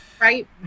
Right